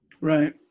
Right